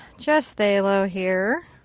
just phthalo here.